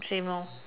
same lor